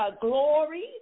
glory